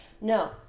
No